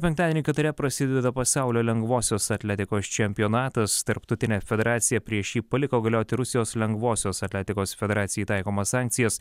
penktadienį katare prasideda pasaulio lengvosios atletikos čempionatas tarptautinė federacija prieš jį paliko galioti rusijos lengvosios atletikos federacijai taikomas sankcijas